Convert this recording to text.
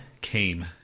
came